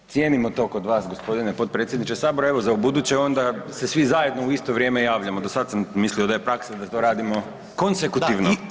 Cijenimo to kod vas, g. potpredsjedniče Sabora, evo, za ubuduće onda se svi zajedno u isto vrijeme javljamo, do sad sam mislio da je praksa da to radimo konsekutivno.